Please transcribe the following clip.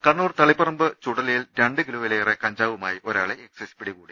കണ്ണൂർ തളിപ്പറമ്പ് ചുടലയിൽ രണ്ട് കിലോയിലേറെ കഞ്ചാവുമായി ഒരാളെ എക്സൈസ് പിടികൂടി